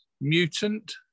mutant